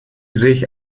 sich